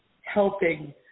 helping